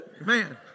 Man